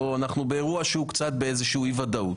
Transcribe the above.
אנחנו באירוע שהוא קצת באיזושהי אי-ודאות.